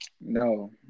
No